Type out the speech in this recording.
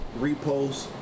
repost